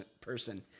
person